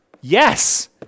Yes